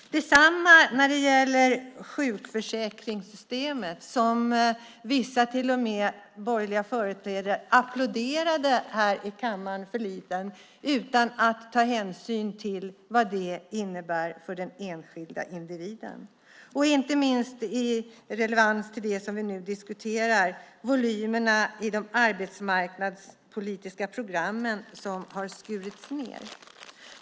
Det är samma sak med sjukförsäkringssystemet. Vissa borgerliga företrädare till och med applåderade här i kammaren härförleden utan att ta hänsyn till vad det innebär för den enskilde individen. Inte minst är det relevant för det vi nu diskuterar att volymerna i de arbetsmarknadspolitiska programmen har skurits ned.